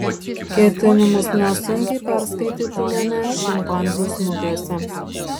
ketinimus nesunkiai perskaitytumėme šimpanzių snukiuose